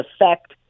effect